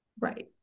Right